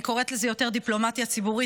אני קוראת לזה יותר דיפלומטיה ציבורית,